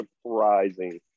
surprising